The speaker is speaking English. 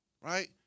right